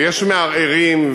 ויש מערערים,